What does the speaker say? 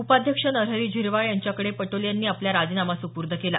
उपाध्यक्ष नरहरी झिरवाळ यांच्याकडे पटोले यांनी आपला राजीनामा सुपूर्द केला